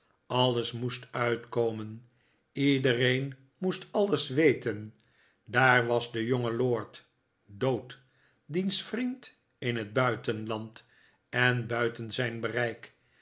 alles moest uitkomen iedereen moest alles weten daar was de jonge lord dood diens vriend in het buitenland en buiten zijn bereik